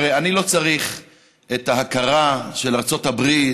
הרי אני לא צריך את ההכרה של ארצות הברית